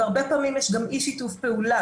הרבה פעמים יש גם אי שיתוף פעולה.